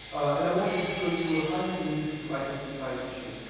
and i wanted to show you how you can use it to identify issues.